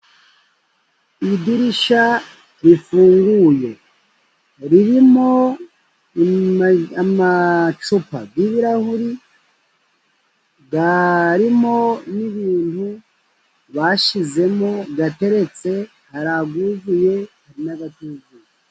Idirishya rifunguye, ririmo amacupa y'ibirahuri, arimo n'ibintu bashyizemo ateretse, hari ayuzuye, hari n'atuzuye.